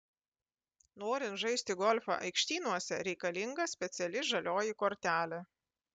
norint žaisti golfą aikštynuose reikalinga speciali žalioji kortelė